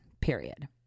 period